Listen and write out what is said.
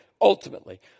ultimately